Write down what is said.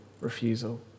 refusal